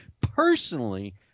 personally